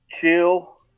chill